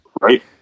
right